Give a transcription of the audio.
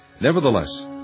Nevertheless